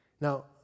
Now